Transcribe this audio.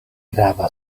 grava